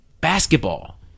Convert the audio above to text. basketball